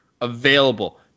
available